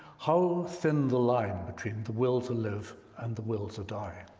how thin the line between the will to live and the will to die?